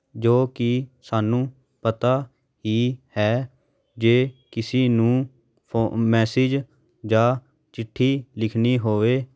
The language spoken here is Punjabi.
ਜੋ ਕਿ ਸਾਨੂੰ ਪਤਾ ਹੀ ਹੈ ਜੇ ਕਿਸੇ ਨੂੰ ਫੋ ਮੈਸਿਜ ਜਾਂ ਚਿੱਠੀ ਲਿਖਣੀ ਹੋਵੇ